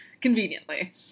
Conveniently